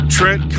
Trent